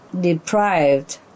deprived